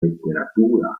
letteratura